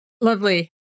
Lovely